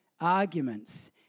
arguments